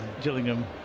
Gillingham